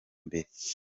mbere